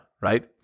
right